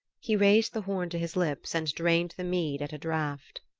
he raised the horn to his lips and drained the mead at a draught.